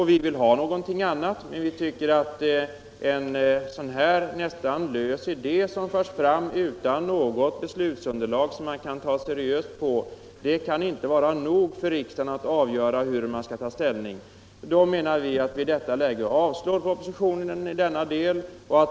Vi vill ha någonting annat, men vi tycker att den ganska lösa idén i propositionen förs fram utan något beslutsunderlag som man kan ta seriöst på. Materialet är inte tillräckligt för riksdagen när det gäller att ta ställning, och i det läget anser vi att det är klokast att avslå propositionen i denna del.